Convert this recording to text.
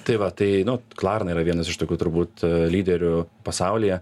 tai va tai nu klarna yra vienas iš tokių turbūt lyderių pasaulyje